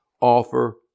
offer